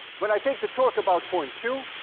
when i take the torque about point q,